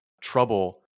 trouble